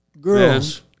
girls